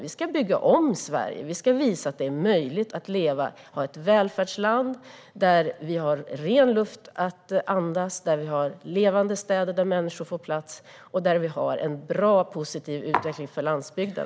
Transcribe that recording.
Vi ska bygga om Sverige och visa att det är möjligt att leva i ett välfärdsland med ren luft att andas, med levande städer där människor får plats och där vi har en positiv utveckling också för landsbygden.